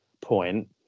point